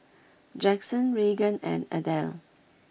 Jackson Regan and Adele